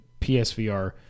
PSVR